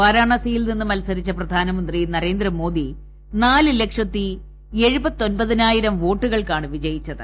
വാരാണസിയിൽ നിന്ന് മൽസരിച്ച പ്രധാനമന്ത്രി നരേന്ദ്രമോദി നാല് ലക്ഷത്തി ഏഴുപത്തിഒൻപതിനായിരം വോട്ടുകൾക്കാണ് വിജയിച്ചത്